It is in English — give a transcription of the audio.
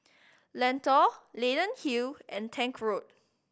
Lentor Leyden Hill and Tank Road